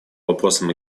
вопросам